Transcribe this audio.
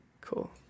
Cool